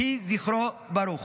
יהי זכרו ברוך.